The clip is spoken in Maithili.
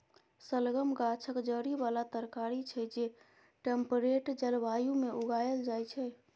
शलगम गाछक जड़ि बला तरकारी छै जे टेम्परेट जलबायु मे उगाएल जाइ छै